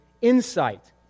insight